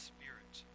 Spirit